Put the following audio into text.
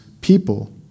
people